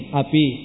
api